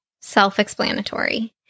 self-explanatory